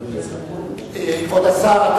כבוד השר,